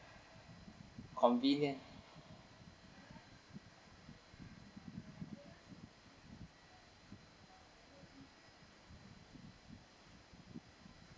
convenient